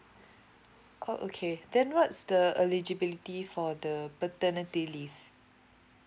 oh okay then what's the eligibility for the paternity leave